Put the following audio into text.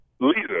leader